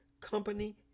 company